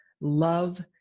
love